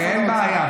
אין בעיה,